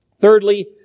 Thirdly